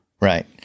Right